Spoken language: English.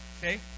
okay